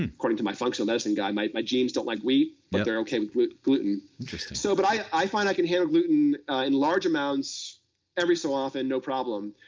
according to my functional medicine guy, my my genes don't like wheat but they're okay with gluten. interesting. so but i find i can handle gluten in large amounts every so often, no problem,